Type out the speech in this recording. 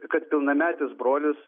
kad pilnametis brolis